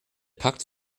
pakt